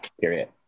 Period